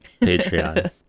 Patreon